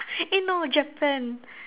eh no Japan